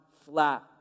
flat